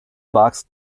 boxed